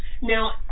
now